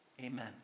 Amen